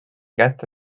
kätte